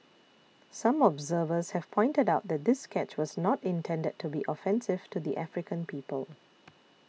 some observers have pointed out that this sketch was not intended to be offensive to the African people